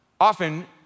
often